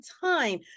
time